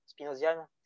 Spinozian